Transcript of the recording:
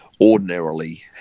ordinarily